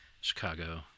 Chicago